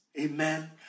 Amen